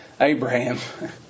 Abraham